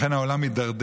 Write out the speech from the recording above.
לכן, העולם מידרדר